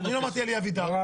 שני בניינים יקרסו חלילה,